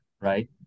Right